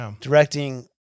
directing